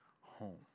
home